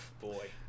boy